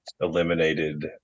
eliminated